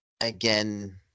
again